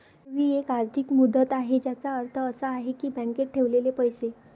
ठेव ही एक आर्थिक मुदत आहे ज्याचा अर्थ असा आहे की बँकेत ठेवलेले पैसे